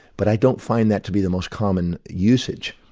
but i don't find that to be the most common usage.